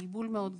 בלבול מאוד גדול,